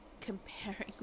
comparing